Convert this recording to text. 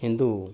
Hindu